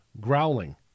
growling